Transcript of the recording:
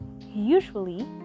Usually